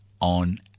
on